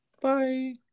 Bye